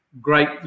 Great